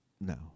No